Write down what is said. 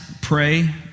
pray